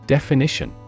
Definition